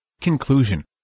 Conclusion